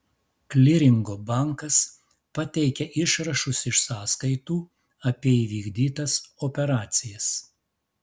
kliringo bankas pateikia išrašus iš sąskaitų apie įvykdytas operacijas